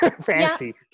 fancy